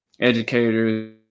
educators